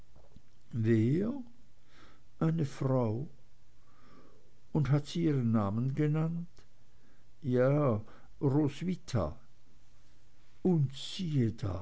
wer eine frau und hat sie ihren namen genannt ja roswitha und siehe da